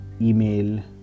email